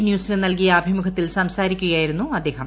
ന്യൂസിന് നൽകിയ അ്ഭിമുഖത്തിൽ സംസാരിക്കുകയായിരുന്നു അദ്ദേഹം